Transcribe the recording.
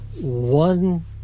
One